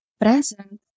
present